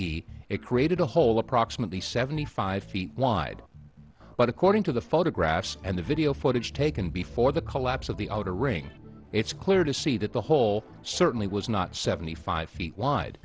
eat it created a hole approximately seventy five feet wide but according to the photographs and the video footage taken before the collapse of the outer ring it's clear to see that the hole certainly was not seventy five feet wide